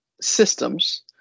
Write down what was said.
systems